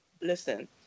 listen